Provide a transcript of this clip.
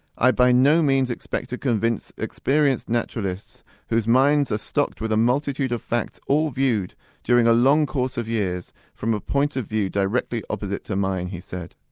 i by no means expect to convince experienced naturalists whose minds are stocked with a multitude of facts all viewed during a long course of years from a point of view directly opposite to mine he said.